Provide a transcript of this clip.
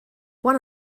one